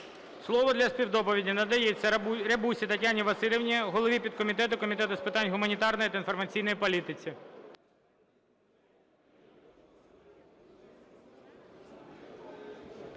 Слово для співдоповіді надається Рябусі Тетяні Василівні, голові підкомітету Комітету з питань гуманітарної та інформаційної політики.